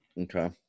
Okay